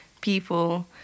people